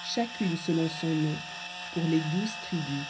chacune selon son nom elles seront pour les douze tribus